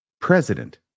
president